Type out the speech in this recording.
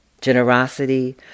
Generosity